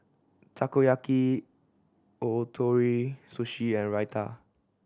Takoyaki Ootoro Sushi and Raita